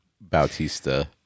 Bautista